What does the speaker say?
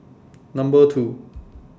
Number two